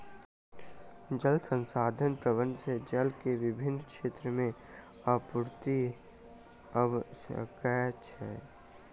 जल संसाधन प्रबंधन से जल के विभिन क्षेत्र में आपूर्ति भअ सकै छै